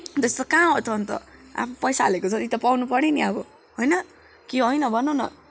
त्यस्तो कहाँ हो त अन्त आफ्नो पैसा हालेको जति त पाउनुपर्यो नि अब होइन कि होइन भन्नु न